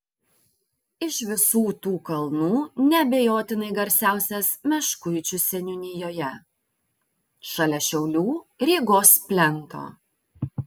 iš visų tų kalnų neabejotinai garsiausias meškuičių seniūnijoje šalia šiaulių rygos plento